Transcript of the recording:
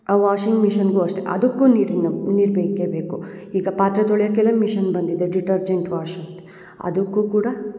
ಆ ವಾಷಿಂಗ್ ಮಿಷಿನ್ಗು ಅಷ್ಟೆ ಅದಕ್ಕು ನೀರು ಮ್ ನೀರು ಬೇಕೇ ಬೇಕು ಈಗ ಪಾತ್ರೆ ತೊಳೆಯೋಕೆಲ್ಲ ಮಿಷಿನ್ ಬಂದಿದೆ ಡಿಟರ್ಜೆಂಟ್ ವಾಷ್ ಅಂತ ಅದಕ್ಕು ಕೂಡ